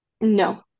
no